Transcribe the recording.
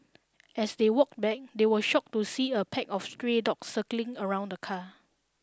as they walked back they were shocked to see a pack of stray dogs circling around the car